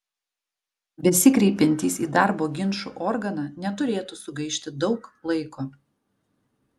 besikreipiantys į darbo ginčų organą neturėtų sugaišti daug laiko